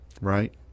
right